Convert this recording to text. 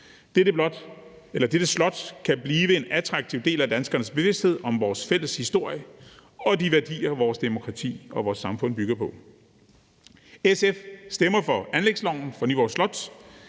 Dette slot kan blive en attraktiv del af danskernes bevidsthed om vores fælles historie og de værdier, vores demokrati og vores samfund bygger på. SF stemmer for anlægsloven for Nyborg Slot.